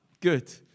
Good